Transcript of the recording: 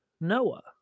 Noah